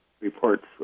reports